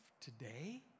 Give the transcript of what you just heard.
today